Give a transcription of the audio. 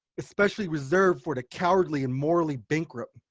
especially reserved for the cowardly and morally bankrupt.